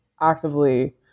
actively